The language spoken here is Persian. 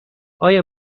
آیا